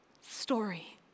story